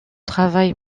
travail